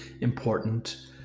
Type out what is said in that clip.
important